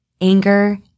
anger